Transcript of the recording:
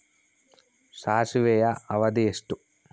ಸಾಸಿವೆಯ ಅವಧಿ ಎಷ್ಟು?